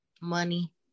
Money